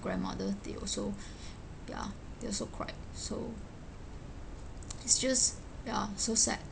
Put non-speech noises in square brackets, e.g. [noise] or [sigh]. grandmother they also [noise] ya they also cried so [noise] it's just ya so sad